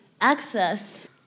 access